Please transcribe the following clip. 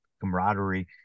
camaraderie